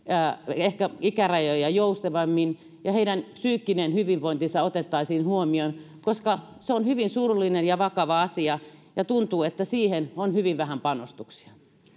ehkä ikärajoja joustavammiksi ja heidän psyykkinen hyvinvointinsa otettaisiin huomioon koska lapsettomuus on hyvin surullinen ja vakava asia ja tuntuu että siihen on hyvin vähän panostuksia